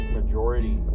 majority